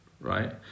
right